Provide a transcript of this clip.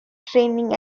training